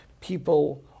People